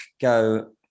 go